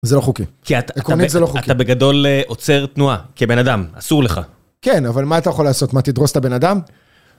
זה לא חוקי. כי אתה... עקרונית זה לא חוקי. אתה בגדול עוצר תנועה כבן אדם, אסור לך. כן, אבל מה אתה יכול לעשות? מה תדרוס את הבן אדם?